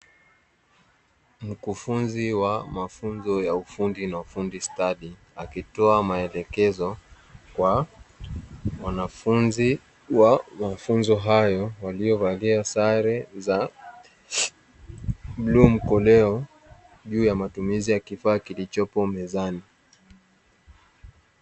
Mkufunzi wa mafunzo ya ufundi na ufundi stadi, akitoa maelekezo kwa wanafunzi wa mafunzo hayo, waliovalia sare za bluu mkoleo, juu ya matumizi ya kifaa kilichopo mezani.